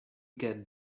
get